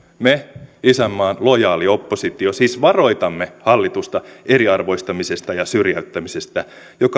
me isänmaan lojaali oppositio siis varoitamme hallitusta eriarvoistamisesta ja syrjäyttämisestä